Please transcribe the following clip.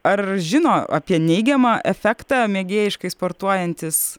ar žino apie neigiamą efektą mėgėjiškai sportuojantys